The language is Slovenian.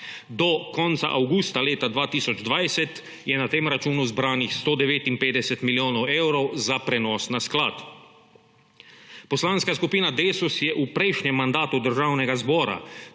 Do konca avgusta leta 2020 je na tem računu zbranih 159 milijonov evrov za prenos na sklad. Poslanska skupina Desus je v prejšnjem mandatu Državnega zbora,